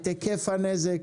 את היקף הנזק